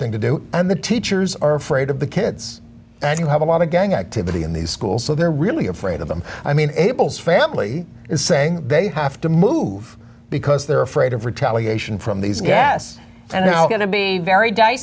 thing to do and the teachers are afraid of the kids and you have a lot of gang activity in these schools so they're really afraid of them i mean abel's family is saying they have to move because they're afraid of retaliation from these gas and now going to be very di